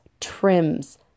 trims